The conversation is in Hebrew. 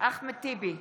אחמד טיבי,